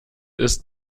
ist